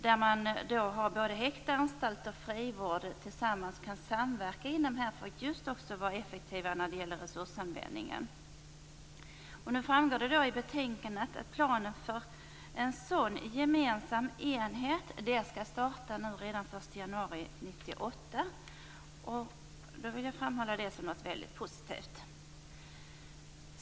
Där skulle finnas både häkte, anstalt och frivård som skulle kunna samverka och vara effektiva just när det gäller resursanvändningen. Det framgår i betänkandet att det finns planer för en sådan gemensam enhet, som skall starta redan den 1 januari 1998. Detta vill jag framhålla som något mycket positivt.